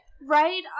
Right